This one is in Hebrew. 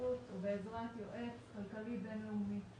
באמצעות או בעזרת יועץ כלכלי בין-לאומי.